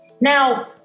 Now